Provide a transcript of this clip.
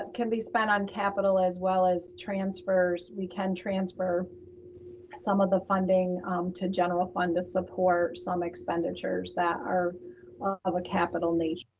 ah can be spent on capital as well as transfers. we can transfer some of the funding to general fund to support some expenditures that are of a capital nature,